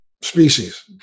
species